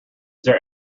there